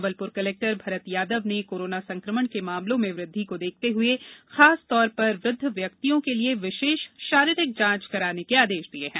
Jabalpur collector Bharat Yadav ने corona संकमण के मामलों में वृद्वि को देखते हुए खासतौर पर वृद्व व्यक्तियों के लिए विशेष शारीरिक जांच कराने के आदेश दिये हैं